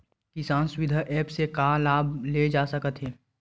किसान सुविधा एप्प से का का लाभ ले जा सकत हे?